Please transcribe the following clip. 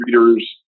readers